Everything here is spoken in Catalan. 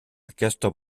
aquesta